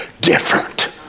different